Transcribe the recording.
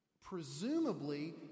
Presumably